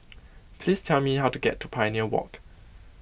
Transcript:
please tell me how to get to Pioneer Walk